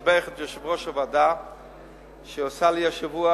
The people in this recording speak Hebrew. לשבח את יושב-ראש הוועדה שעשה לי השבוע